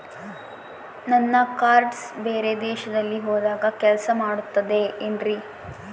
ನನ್ನ ಕಾರ್ಡ್ಸ್ ಬೇರೆ ದೇಶದಲ್ಲಿ ಹೋದಾಗ ಕೆಲಸ ಮಾಡುತ್ತದೆ ಏನ್ರಿ?